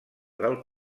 del